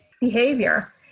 behavior